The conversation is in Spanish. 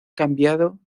cambiado